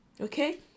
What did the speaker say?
Okay